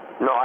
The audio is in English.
No